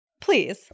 Please